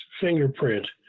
fingerprint